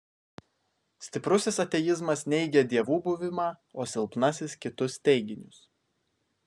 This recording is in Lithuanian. stiprusis ateizmas neigia dievų buvimą o silpnasis kitus teiginius